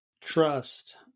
trust